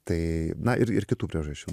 tai na ir ir kitų priežasčių